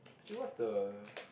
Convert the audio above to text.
actually what's the